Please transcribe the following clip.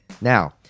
Now